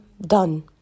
done